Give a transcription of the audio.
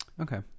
Okay